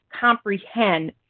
comprehend